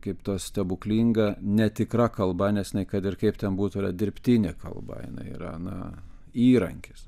kaip ta stebuklinga netikra kalba nes jinai kad ir kaip ten būtų yra dirbtinė kalba jinai yra na įrankis